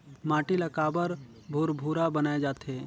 माटी ला काबर भुरभुरा बनाय जाथे?